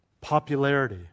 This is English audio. popularity